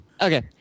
Okay